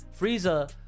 Frieza